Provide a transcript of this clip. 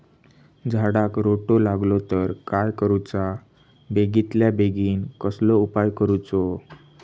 झाडाक रोटो लागलो तर काय करुचा बेगितल्या बेगीन कसलो उपाय करूचो?